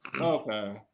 Okay